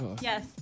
Yes